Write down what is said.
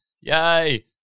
yay